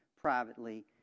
privately